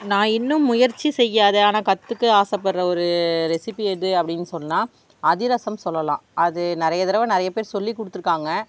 நான் இன்னும் முயற்சி செய்யாத ஆனால் கற்றுக்க ஆசை பட்ற ஒரு ரெஸிப்பீ எது அப்படின் சொன்னா அதிரசம் சொல்லலாம் அது நிறைய தரவ நிறைய பேர் சொல்லி கொடுத்துருக்காங்க